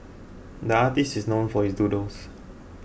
the artist is known for his doodles